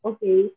Okay